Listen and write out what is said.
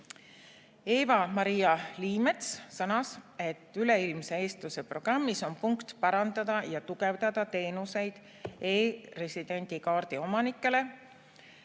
Eva-Maria Liimets sõnas, et üleilmse eestluse programmis on punkt: parandada ja tugevdada teenuseid e‑residendi kaardi omanikele.